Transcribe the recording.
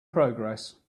progress